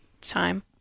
time